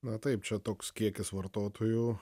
na taip čia toks kiekis vartotojų